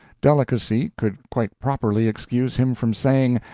delicacy could quite properly excuse him from saying,